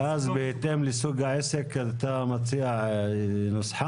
ואז בהתאם לסוג העסק אתה מציע נוסחה?